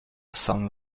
cent